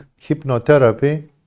hypnotherapy